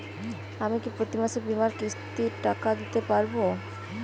আমি কি প্রতি মাসে বীমার কিস্তির টাকা দিতে পারবো?